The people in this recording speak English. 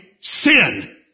sin